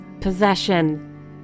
possession